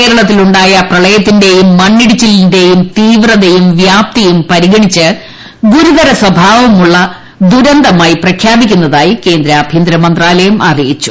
കേരളത്തിലുണ്ടായ പ്രളയത്തിന്റെയും മണ്ണിടിച്ചിലിന്റെയും തീവ്രതയും വ്യാപ്തിയും പരിഗണിച്ച് ഗുരുതരസ്വഭാവമുള്ള ദുരന്തമായി പ്രഖ്യാപിക്കുന്നതായി കേന്ദ്ര ആഭ്യന്തരമന്ത്രാലയം അറിയിച്ചു